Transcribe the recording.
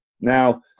now